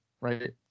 right